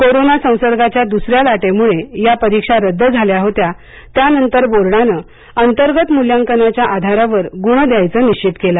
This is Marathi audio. कोरोंना संसर्गाच्या दुसऱ्या लाटेमुळे या परीक्षा रद्द झाल्या होत्या त्यानंतर बोर्डानं अंतर्गत मूल्यांकनाच्या आधारावर गुण द्यायचं निश्वित केलं